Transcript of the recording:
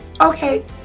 okay